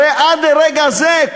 הרי עד לרגע זה,